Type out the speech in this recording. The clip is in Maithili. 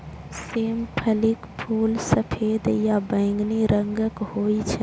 सेम फलीक फूल सफेद या बैंगनी रंगक होइ छै